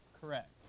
Correct